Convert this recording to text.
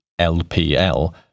LPL